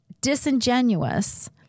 disingenuous